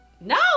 No